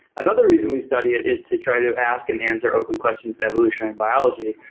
another reason we study it is to try to ask and answer open questions in evolutionary biology,